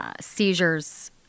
seizures